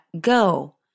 go